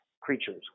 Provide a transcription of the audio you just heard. creatures